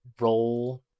Roll